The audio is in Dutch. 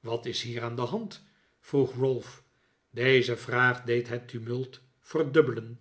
wat is hier aan de hand vroeg ralph deze vraag deed het tumult verdubbelen